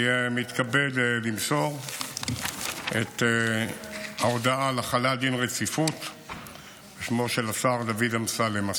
אני מתכבד למסור את ההודעה על החלת דין רציפות בשמו של השר דוד אמסלם,